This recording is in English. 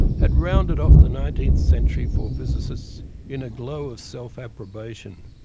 had rounded off the nineteenth century for physicists in a glow of self-approbation.